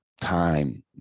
time